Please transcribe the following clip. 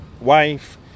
wife